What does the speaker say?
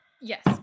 Yes